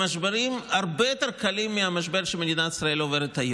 במשברים הרבה יותר קלים מהמשבר שמדינת ישראל עוברת היום.